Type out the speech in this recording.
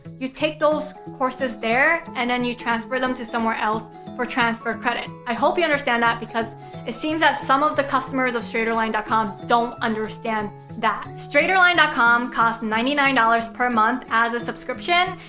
you take those courses there and then, you transfer them to somewhere else for transfer credit. i hope you understand that because it seems that some of the customers of straighterline dot com don't understand that. straighterline dot com costs ninety nine dollars per month as a subscription.